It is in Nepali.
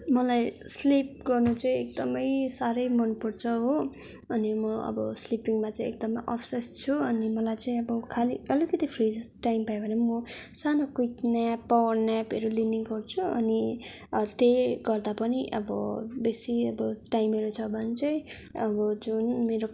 मलाई स्लिप गर्नु चाहिँ एकदमै साह्रै मनपर्छ हो अनि म अब स्लिपिङमा चाहिँ एकदमै अब्सेस छु अनि मलाई चाहिँ अब खाली अलिकति फ्रि जस्ट टाइम पायो भने पनि म सानो क्विक न्याप पावर न्यापहरू लिने गर्छु अनि अँ त्यही गर्दा पनि अब बेसी अब टाइमहरू छ भने चाहिँ अब जुन मेरो